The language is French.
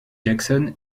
jackson